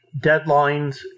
deadlines